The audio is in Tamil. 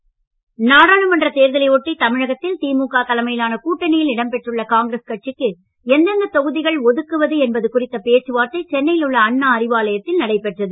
தொகுதி பங்கீடு நாடாளுமன்ற தேர்தலை ஒட்டி தமிழகத்தில் திமுக தலைமையிலான கூட்டணியில் இடம் பெற்றுள்ள காங்கிரஸ் கட்சிக்கு எந்தெந்த தொகுதிகள் ஒதுக்குவது என்பது குறித்த பேச்சு வார்த்தை சென்னையில் உள்ள அண்ணா அறிவாலயத்தில் நடைபெற்றது